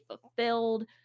fulfilled